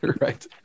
right